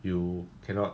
you cannot